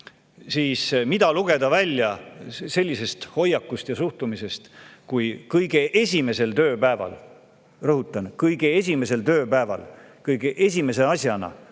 Mida lugeda välja sellisest hoiakust ja suhtumisest, kui kõige esimesel tööpäeval – rõhutan, kõige esimesel tööpäeval – kõige esimese asjana